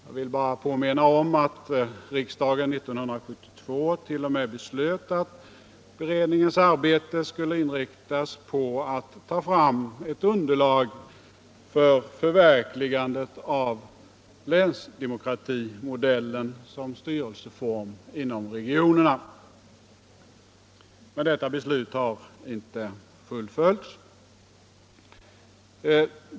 Jag vill bara påminna om att riksdagen 19721. o. m. beslöt att beredningens arbete skulle inriktas på att ta fram ett underlag för förverkligandet av länsdemokratimodellen som styrelseform inom regionerna. Men detta beslut har inte fullföljts.